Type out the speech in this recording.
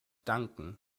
danken